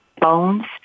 bones